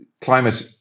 climate